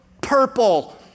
purple